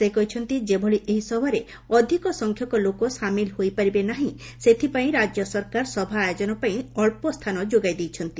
ସେ କହିଛନ୍ତି ଯେଭଳି ଏହି ସଭାରେ ଅଧିକ ସଂଖ୍ୟକ ଲୋକ ସାମିଲ ହୋଇପାରିବେ ନାହିଁ ସେଥିପାଇଁ ରାଜ୍ୟ ସରକାର ସଭା ଆୟୋଜନ ପାଇଁ ଅଳ୍ପ ସ୍ଥାନ ଯୋଗାଇ ଦେଇଛନ୍ତି